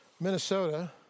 Minnesota